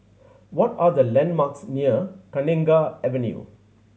what are the landmarks near Kenanga Avenue